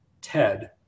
Ted